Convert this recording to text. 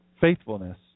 faithfulness